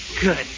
Good